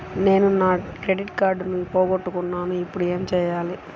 నేను నా క్రెడిట్ కార్డును పోగొట్టుకున్నాను ఇపుడు ఏం చేయాలి?